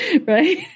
right